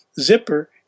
Zipper